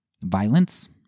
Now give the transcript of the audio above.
Violence